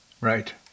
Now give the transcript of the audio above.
Right